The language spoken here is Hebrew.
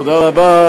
תודה רבה.